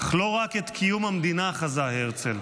אך לא רק את קיום המדינה חזה הרצל,